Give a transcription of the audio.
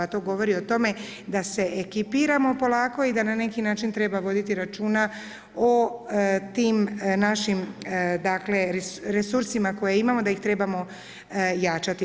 To govori o tome da se ekipiramo polako i da na neki način treba voditi računa o tim našim resursima koje imamo da ih trebamo jačati.